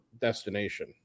destination